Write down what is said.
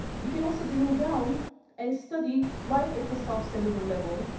we can also drill down and study life at the subcellular level,